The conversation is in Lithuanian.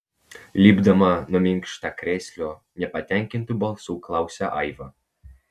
lipdama nuo minkštakrėslio nepatenkintu balsu klausia aiva